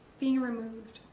being removed.